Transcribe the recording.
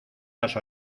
las